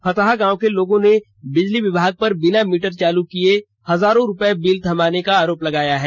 फतहा गांव के लोगों ने बिजली विभाग पर बिना मीटर चालू किए हजारों रूपये बिजली बिल थमाने का आरोप लगाया है